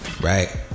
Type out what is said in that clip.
right